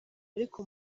ariko